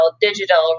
digital